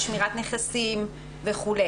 לשמירת נכסים וכו',